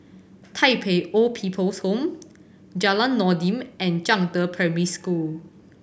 Tai Pei Old People's Home Jalan Noordin and Zhangde Primary School